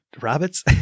rabbits